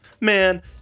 man